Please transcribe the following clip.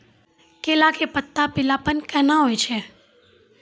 केला के पत्ता पीलापन कहना हो छै?